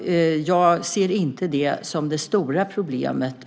Jag ser inte det som det stora problemet.